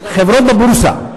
חברות בבורסה.